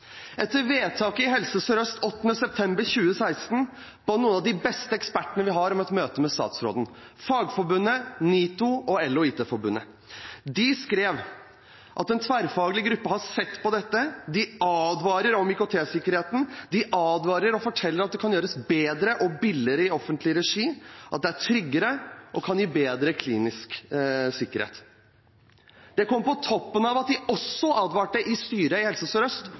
Etter vedtaket i Helse Sør-Øst 8. september 2016 ba noen av de beste ekspertene vi har, om et møte med statsråden: Fagforbundet, NITO og EL og IT Forbundet. De skrev at en tverrfaglig gruppe har sett på dette, de advarer om IKT-sikkerheten, de advarer og forteller at det kan gjøres bedre og billigere i offentlig regi, at det er tryggere og kan gi bedre klinisk sikkerhet. Det kom på toppen av at de også advarte styret i Helse